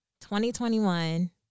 2021